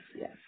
yes